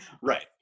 right